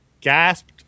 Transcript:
gasped